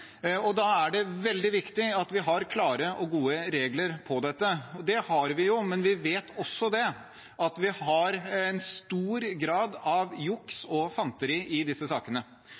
og da er det veldig viktig at vi har klare og gode regler for dette. Det har vi jo, men vi vet også at det er stor grad av juks og fanteri i disse sakene.